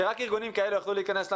שרק ארגונים כאלה יוכלו להיכנס למערכת,